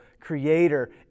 creator